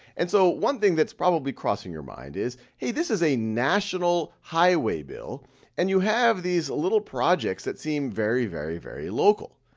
and so one thing that's probably crossing your mind is hey, this is a national highway bill and you have these little projects that seem very, very, very local.